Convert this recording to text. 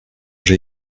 j’ai